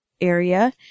area